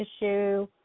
issue